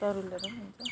तरुलहरू हुन्छ